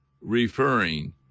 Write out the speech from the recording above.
referring